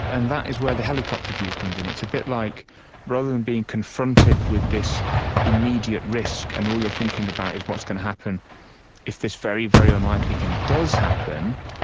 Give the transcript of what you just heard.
and that is where the helicopter view comes in. it's a bit like rather than being confronted with this immediate risk and all you are thinking about is what's going to happen if this very, very unlikely thing does happen,